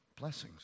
blessings